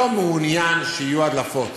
לא מעוניינים שיהיו הדלפות.